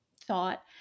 thought